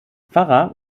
pfarrer